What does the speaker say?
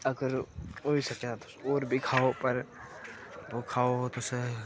अगर होई सकै तां होर बी खाओ पर ओह् खाओ तुस